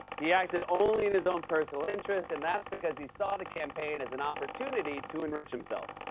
he acted only in his own personal interests, and that's because he saw the campaign as an opportunity to enrich himself.